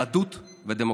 יהדות ודמוקרטיה.